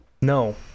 No